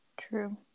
true